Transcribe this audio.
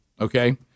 okay